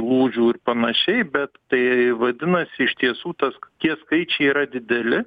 lūžių ir panašiai bet tai vadinasi iš tiesų tas tie skaičiai yra dideli